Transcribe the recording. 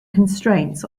constraints